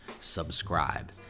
subscribe